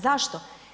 Zašto?